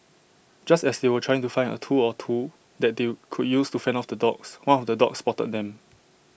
just as they were trying to find A tool or two that they could use to fend off the dogs one of the dogs spotted them